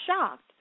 shocked